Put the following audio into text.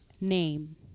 name